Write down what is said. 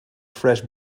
fresh